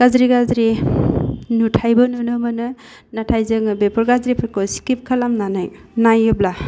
गाज्रि गाज्रि नुथाइबो नुनो मोनो नाथाय जोङो बेफोर गाज्रिफोरखौ स्किप खालामनानै नायोब्ला